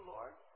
Lord